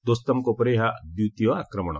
ଦୋସ୍ତମଙ୍କ ଉପରେ ଏହା ଦ୍ୱିତୀୟ ଆକ୍ରମଣ